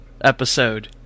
episode